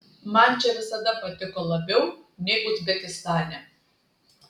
man čia visada patiko labiau nei uzbekistane